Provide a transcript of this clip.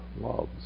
loves